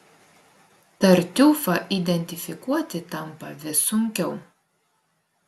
tartiufą identifikuoti tampa vis sunkiau